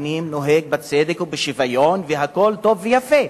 הפנים נוהג בצדק ובשוויון והכול טוב ויפה.